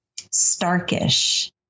Starkish